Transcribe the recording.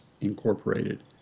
Incorporated